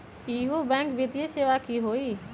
इहु बैंक वित्तीय सेवा की होई?